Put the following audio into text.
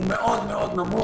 הוא מאוד מאוד נמוך.